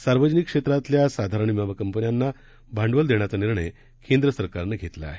सार्वजनिक क्षेत्रातल्या साधारण वीमा कंपन्यांना भांडवल देण्याचा निर्णय केंद्र सरकारनं घेतला आहे